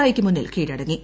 ഐയ്ക്ക് മുന്നിൽ കീഴടങ്ങി